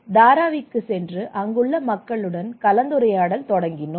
நாங்கள் தாராவிக்குச் சென்று அங்குள்ள மக்களுடன் கலந்துரையாடல் தொடங்கினோம்